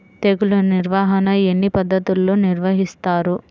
తెగులు నిర్వాహణ ఎన్ని పద్ధతుల్లో నిర్వహిస్తారు?